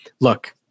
Look